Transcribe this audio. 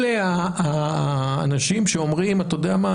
אלה האנשים שאומרים: אתה יודע מה?